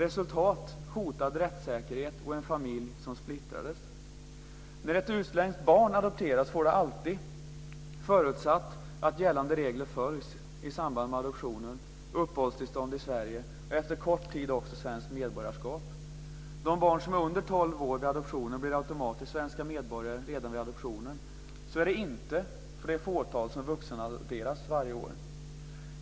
Resultat: Hotad rättssäkerhet och en familj som splittrades. När ett utländskt barn adopteras får det alltid, förutsatt att gällande regler följs i samband med adoptionen, uppehållstillstånd i Sverige och efter kort tid också svenskt medborgarskap. De barn som är under 12 år vid adoptionen blir automatiskt svenska medborgare redan vid adoptionen. Så är det inte för det fåtal som vuxenadopteras varje år.